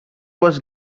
was